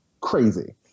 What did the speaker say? crazy